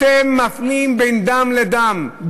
אתם מפלים בין דם לדם.